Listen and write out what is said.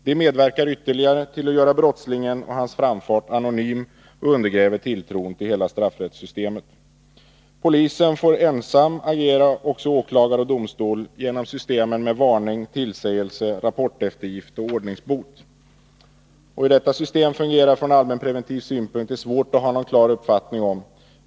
Detta medverkar ytterligare till att göra brottslingen och hans framfart anonym och undergräver tilltron till hela straffrättssystemet. Polisen får ensam agera också åklagare och domstol genom systemen med varning, tillsägelse, rapporteftergift och ordningsbot. Hur detta system fungerar från allmänpreventiv synpunkt är det svårt att ha någon helt klar uppfattning om.